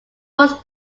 was